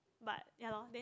but ya lor then